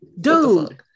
dude